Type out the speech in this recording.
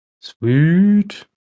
Sweet